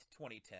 2010